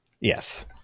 yes